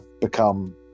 become